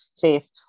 faith